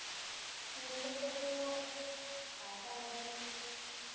ᱛᱤᱨᱞᱟᱹ ᱠᱚᱫᱚ ᱯᱟᱲᱦᱟᱜ ᱞᱟᱹᱜᱤᱫ